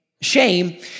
Shame